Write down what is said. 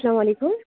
اسلامُ علیکُم